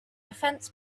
fence